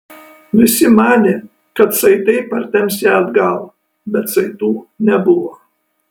vis manė kad saitai partemps ją atgal bet saitų nebuvo